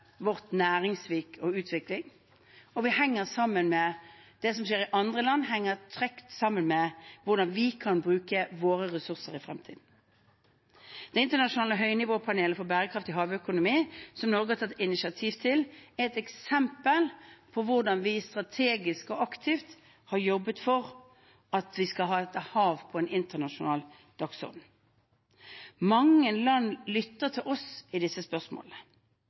vårt næringsliv og vår utvikling, og det som skjer i andre land, henger tett sammen med hvordan vi kan bruke våre ressurser i fremtiden. Det internasjonale høynivåpanelet for bærekraftig havøkonomi, som Norge har tatt initiativ til, er et eksempel på hvordan vi strategisk og aktivt har jobbet for at vi skal ha havet på den internasjonale dagsordenen. Mange land lytter til oss i disse spørsmålene